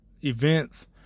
events